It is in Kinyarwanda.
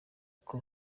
uko